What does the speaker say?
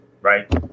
right